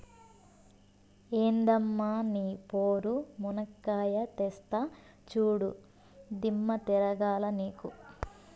ఎందమ్మ నీ పోరు, మునక్కాయా తెస్తా చూడు, దిమ్మ తిరగాల నీకు